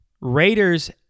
Raiders